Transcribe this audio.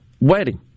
wedding